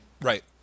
right